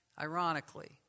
ironically